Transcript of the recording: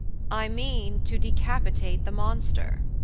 i mean, to decapitate the monster,